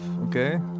okay